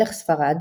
מלך ספרד,